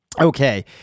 Okay